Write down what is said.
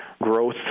growth